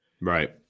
right